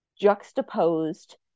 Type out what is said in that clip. juxtaposed